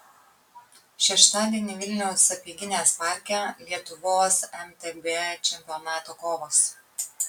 šeštadienį vilniaus sapieginės parke lietuvos mtb čempionato kovos